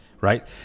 right